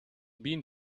been